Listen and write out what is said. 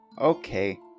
Okay